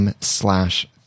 slash